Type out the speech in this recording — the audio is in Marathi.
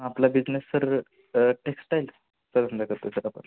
आपला बिझनेस सर टेक्स्टाईलचा धंदा करतो आहे सर आपण